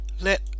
Let